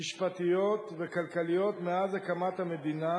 המשפטיות והכלכליות מאז הקמת המדינה,